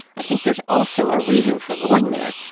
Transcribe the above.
i think there's also a reason for going there,